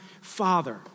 father